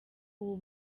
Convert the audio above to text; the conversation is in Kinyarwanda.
ubu